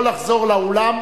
יכול לחזור לאולם,